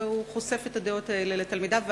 והוא מדבר עליהן עם תלמידיו,